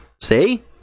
see